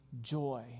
joy